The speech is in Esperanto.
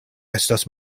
estas